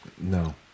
No